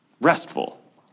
restful